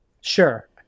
Sure